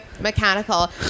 mechanical